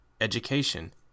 education